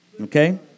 Okay